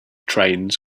trains